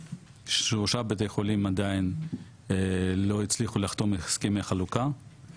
בשלושה בתי חולים עדיין לא הצליחו לחתום על הסכמי חלוקה,